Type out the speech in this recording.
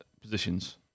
positions